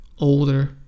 older